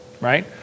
right